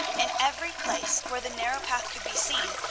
in every place where the narrow path could be seen,